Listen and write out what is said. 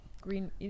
green